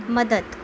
मदत